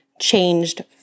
changed